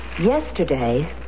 Yesterday